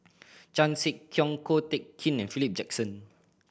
Chan Sek Keong Ko Teck Kin and Philip Jackson